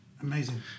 Amazing